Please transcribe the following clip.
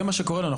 זה מה שקורה לנו.